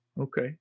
Okay